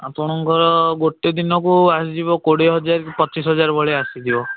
ଆପଣଙ୍କର ଗୋଟେ ଦିନକୁ ଆସିଯିବ କୋଡ଼ିଏ ହଜାର ପଚିଶ ହଜାର ଭଳିଆ ଆସିଯିବ